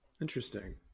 Interesting